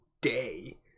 day